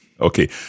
Okay